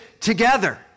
together